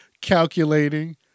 calculating